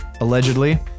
allegedly